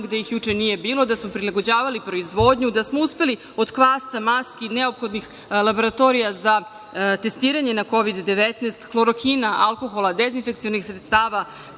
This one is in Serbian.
gde ih juče nije bilo, da smo prilagođavali proizvodnju, da smo uspeli od kvasca, maski, neophodnih laboratorija za testiranje na COVID - 19, Hlorokina, alkohola, dezinfekcionih sredstava,